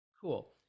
Cool